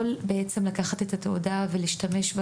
הוא יכול לקחת את התעודה ולהשתמש בה